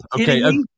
okay